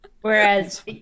Whereas